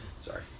Sorry